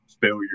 failure